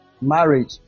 Marriage